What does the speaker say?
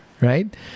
right